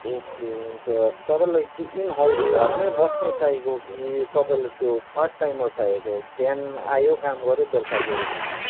okay हुन्छ तपाईँलाई कि इन हउस घरमै बस्ने चाहिएको कि तपाईँलाई त्यो पार्ट टाइमर चाहिएको बिहान आयो काम गऱ्यो बेलुका गयो खालको